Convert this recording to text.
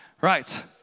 Right